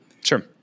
Sure